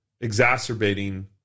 exacerbating